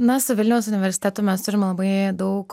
na su vilniaus universitetu mes turime labai daug